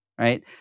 right